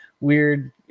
weird